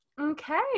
Okay